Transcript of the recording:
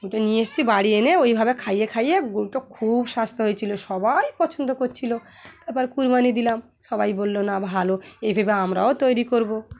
নিয়ে এসেছি বাড়ি এনে ওইভাবে খাইয়ে খাইয়ে গটো খুব স্বাস্থ্য হয়েছিলো সবাই পছন্দ করছিলো তারপর কুরবানি দিলাম সবাই বললো না ভালো এইভাবে আমরাও তৈরি করবো